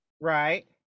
right